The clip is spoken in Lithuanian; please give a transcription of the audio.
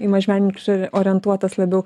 į mažmenininkus orientuotas labiau